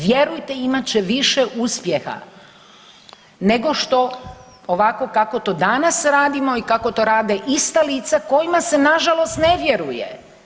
Vjerujte imat će više uspjeha, nego što ovako kako to danas radimo i kako to rade ista lica kojima se na žalost ne vjeruje.